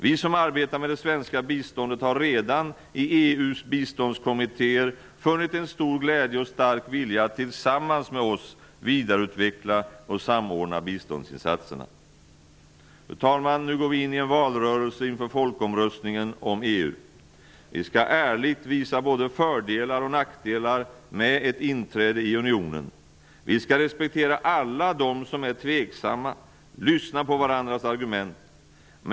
Vi som arbetar med det svenska biståndet har redan i EU:s biståndskommittéer funnit att där finns en stor glädje och stark vilja att tillsammans med oss vidareutveckla och samordna biståndsinsatserna. Fru talman! Nu går vi in i en valrörelse inför folkomröstningen om EU. Vi skall ärligt visa både fördelar och nackdelar med ett inträde i unionen. Vi skall respektera alla dem som är tveksamma och lyssna på varandras argument.